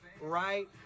right